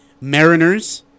Mariners